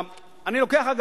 אני לוקח,